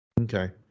Okay